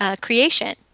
creation